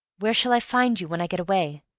where shall i find you when i get away?